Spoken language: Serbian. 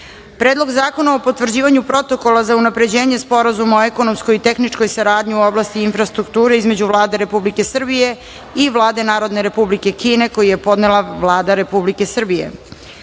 Predlog zakona o potvrđivanju Protokola za unapređenje Sporazuma o ekonomskoj i tehničkoj saradnji u oblasti infrastrukture između Vlade Republike Srbije i Vlade Narodne Republike Kine, koji je podnela Vlada Republike Srbije;13.